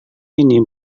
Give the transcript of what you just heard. ini